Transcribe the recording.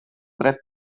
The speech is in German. brett